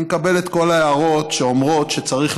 אני מקבל את כל ההערות שאומרות שצריך